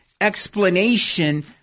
explanation